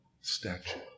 statue